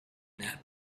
net